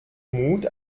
mut